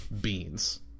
Beans